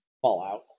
Fallout